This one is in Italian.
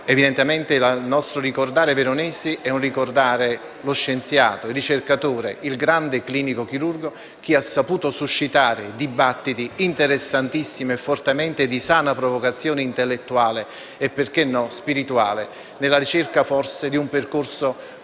terapeutico. Il nostro ricordare Veronesi è un ricordare lo scienziato, il ricercatore, il grande clinico chirurgo che ha saputo suscitare dibattiti interessantissimi e di sana provocazione intellettuale e, perché no, spirituale, nella ricerca, forse, di un percorso che non